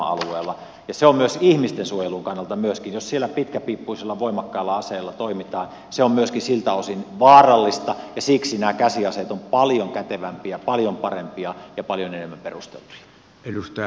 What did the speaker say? ja se on myöskin ihmisten suojelun kannalta jos siellä pitkäpiippuisella voimakkaalla aseella toimitaan siltä osin vaarallista ja siksi nämä käsiaseet ovat paljon kätevämpiä paljon parempia ja paljon enemmän perusteltuja